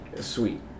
sweet